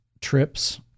trips